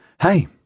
Hey